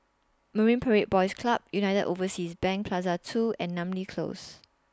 Marine Parade Boys Club United Overseas Bank Plaza two and Namly Close